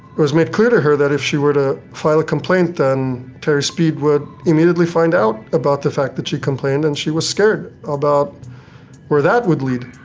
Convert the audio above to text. was made clear to her that if she were to file a complaint then terry speed would immediately find out about the fact that she complained, and she was scared about where that would lead.